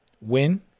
Win